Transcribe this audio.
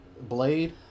Blade